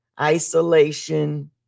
isolation